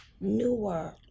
newer